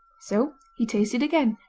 so he tasted again,